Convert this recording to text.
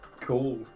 cool